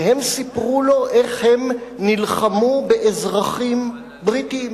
והם סיפרו לו איך הם נלחמו באזרחים בריטים